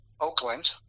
Oakland